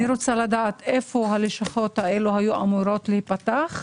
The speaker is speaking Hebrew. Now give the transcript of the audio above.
היכן אלה היו אמורות להיפתח,